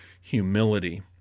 humility